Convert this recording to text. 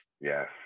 Yes